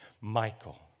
Michael